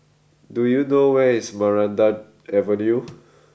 do you know where is Maranta Avenue